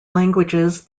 languages